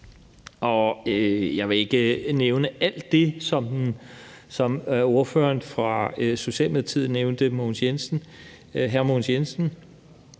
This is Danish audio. Jeg vil ikke nævne alt det, som ordføreren for Socialdemokratiet, hr. Mogens Jensen,